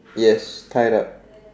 yes tied up